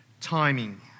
timing